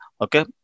Okay